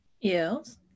Yes